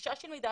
הנגשה של מידע,